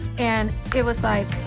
and it was like,